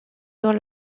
dans